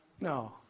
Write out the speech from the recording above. No